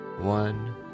one